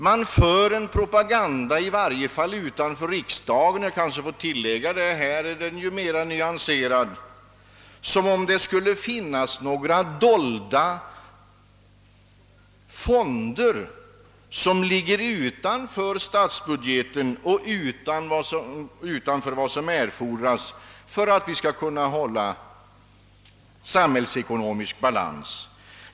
Det förs en propaganda i varje fall utanför riksdagen — här är ju argumentationen mera nyanserad — som om det skulle finnas några dolda fonder utanför statsbudgeten och utanför vad som erfordras för att vi skall kunna hålla samhällsekonomisk balans.